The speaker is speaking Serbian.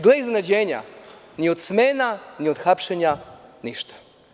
Gle iznenađenja, ni od smena, ni od hapšenja ništa.